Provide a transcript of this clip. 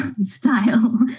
style